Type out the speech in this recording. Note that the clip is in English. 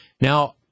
Now